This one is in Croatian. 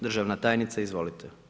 Državna tajnice, izvolite.